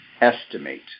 Estimate